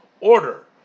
order